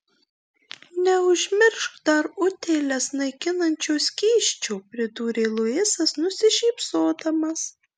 neužmiršk dar utėles naikinančio skysčio pridūrė luisas nusišypsodamas